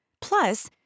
Plus